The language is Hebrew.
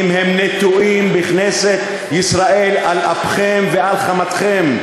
הם נטועים בכנסת ישראל על אפכם ועל חמתכם.